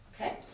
okay